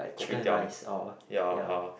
kopitiam ya uh